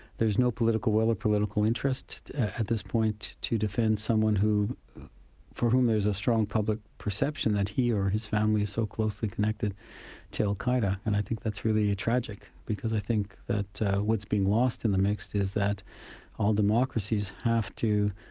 there's no political will or political interest at this point to defend someone for whom there's a strong public perception that he or his family are so closely connected to al-qa'eda, and i think that's really tragic, because i think that what's been lost in the mix is that all democracies have to